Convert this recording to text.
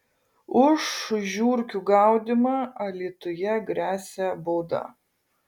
už žiurkių gaudymą alytuje gresia bauda